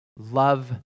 Love